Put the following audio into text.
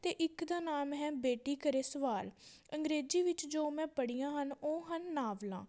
ਅਤੇ ਇੱਕ ਦਾ ਨਾਮ ਹੈ ਬੇਟੀ ਕਰੇ ਸਵਾਲ ਅੰਗਰੇਜ਼ੀ ਵਿੱਚ ਜੋ ਮੈਂ ਪੜ੍ਹੀਆਂ ਹਨ ਉਹ ਹਨ ਨਾਵਲਾਂ